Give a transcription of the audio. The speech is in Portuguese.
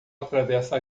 atravessa